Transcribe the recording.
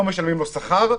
לא משלמים לו שכר,